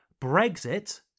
Brexit